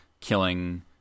killing